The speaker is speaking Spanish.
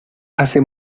hace